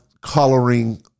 coloring